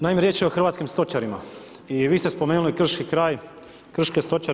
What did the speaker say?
Naime, riječ je o hrvatskim stočarima i vi ste spomenuli krški kraj, krške stočare.